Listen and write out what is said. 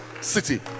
city